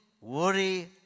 worry